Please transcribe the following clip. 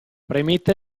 premette